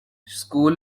school